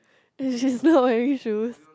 and she's not wearing shoes